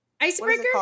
Icebreaker